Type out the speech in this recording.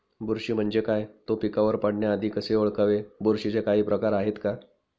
बुरशी म्हणजे काय? तो पिकावर पडण्याआधी कसे ओळखावे? बुरशीचे काही प्रकार आहेत का?